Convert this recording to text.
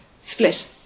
split